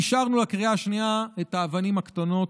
והשארנו לקריאה השנייה את האבנים הקטנות,